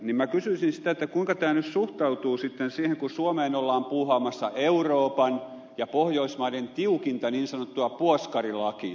minä kysyisin sitä kuinka tämä nyt suhtautuu sitten siihen kun suomeen ollaan puuhaamassa euroopan ja pohjoismaiden tiukinta niin sanottua puoskarilakia